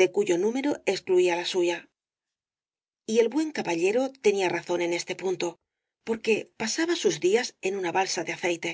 de cuyo número excluía la suya y el buen caballero tenía razón en este punto porque pasaba sus días en una balsa de aceite